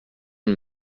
une